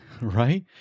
right